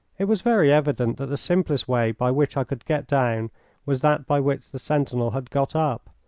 it was very evident that the simplest way by which i could get down was that by which the sentinel had got up,